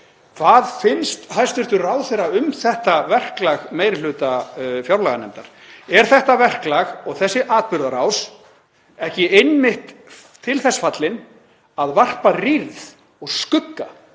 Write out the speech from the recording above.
Hvað finnst hæstv. ráðherra um þetta verklag meiri hluta fjárlaganefndar? Er þetta verklag og þessi atburðarás ekki einmitt til þess fallin að varpa rýrð og skugga